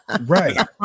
right